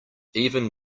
even